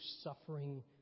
suffering